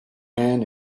man